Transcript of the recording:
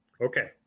okay